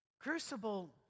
crucible